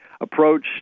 approach